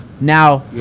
now